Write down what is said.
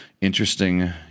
interesting –